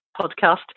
podcast